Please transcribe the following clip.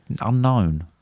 unknown